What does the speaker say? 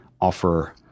offer